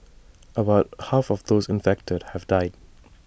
about half of those infected have died